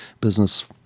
business